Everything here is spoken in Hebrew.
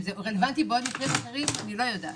אם זה רלוונטי בעוד מקרים אחרים אני לא יודעת.